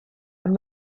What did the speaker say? and